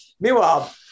Meanwhile